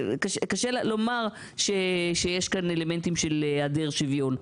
קשה לומר שיש כאן אלמנטים של היעדר שוויון.